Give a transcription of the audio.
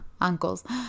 uncles